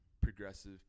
progressive